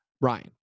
Ryan